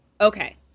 Okay